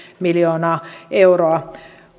miljoonaa euroa